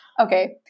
okay